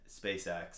spacex